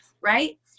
right